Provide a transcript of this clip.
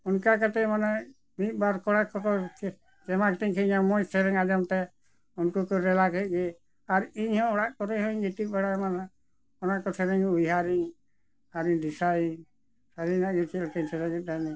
ᱚᱱᱠᱟ ᱠᱟᱛᱮᱫ ᱢᱟᱱᱮ ᱢᱤᱫ ᱵᱟᱨ ᱠᱚᱲᱟ ᱠᱚᱫᱚ ᱟᱸᱡᱚᱢ ᱛᱤᱧ ᱠᱷᱟᱱ ᱤᱧᱟᱹᱜ ᱢᱚᱡᱽ ᱥᱮᱨᱮᱧ ᱟᱸᱡᱚᱢ ᱛᱮ ᱩᱱᱠᱩ ᱠᱚ ᱨᱮᱞᱟᱠᱮᱫ ᱜᱮ ᱟᱨ ᱤᱧᱦᱚᱸ ᱚᱲᱟᱜ ᱠᱚᱨᱮ ᱦᱚᱧ ᱜᱤᱛᱤᱡ ᱵᱟᱲᱟᱭ ᱢᱟ ᱱᱟᱜ ᱚᱱᱟ ᱠᱚ ᱥᱮᱨᱮᱧ ᱩᱭᱦᱟᱹᱨᱟᱹᱧ ᱟᱨᱤᱧ ᱫᱤᱥᱟᱹᱭᱟᱹᱧ ᱥᱟᱹᱨᱤᱱᱟᱜ ᱜᱮ ᱪᱮᱫ ᱞᱮᱠᱟᱧ ᱥᱮᱨᱮᱧᱮᱫ ᱛᱟᱦᱮᱱᱟᱹᱧ